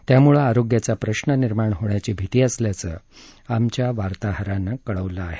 त्यामुळे आरोग्याचा प्रश्न निर्माण होण्याची भीती असल्याचं आमच्या वार्ताहरानं कळवलं आहे